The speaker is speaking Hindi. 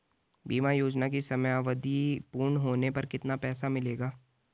बीमा योजना की समयावधि पूर्ण होने पर कितना पैसा मिलेगा?